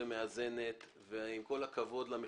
ה-15 ומרכז השלטון המקומי חתומים עליו רון חולדאי,